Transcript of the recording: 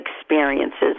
experiences